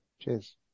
cheers